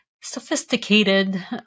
sophisticated